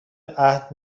عهد